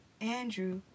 Andrew